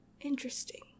Interesting